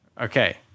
okay